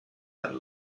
and